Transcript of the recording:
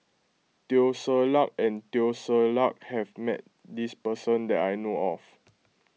Teo Ser Luck and Teo Ser Luck has met this person that I know of